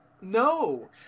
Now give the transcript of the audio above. No